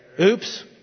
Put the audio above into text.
Oops